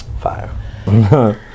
Fire